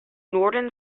norton